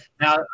Now